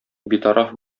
битараф